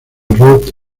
roth